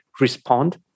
respond